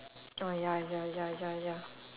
oh ya ya ya ya ya